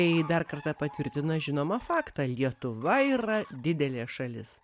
tai dar kartą patvirtina žinomą faktą lietuva yra didelė šalis